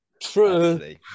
True